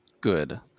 Good